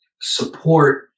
support